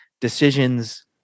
decisions